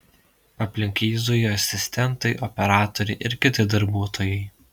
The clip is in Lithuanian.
aplink jį zuja asistentai operatoriai ir kiti darbuotojai